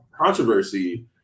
controversy